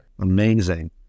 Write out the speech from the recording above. Amazing